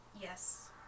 Yes